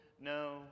no